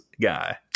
guy